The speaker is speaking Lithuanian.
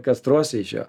kastruosi iš jo